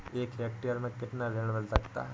एक हेक्टेयर में कितना ऋण मिल सकता है?